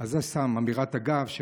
זה סתם אמירת אגב,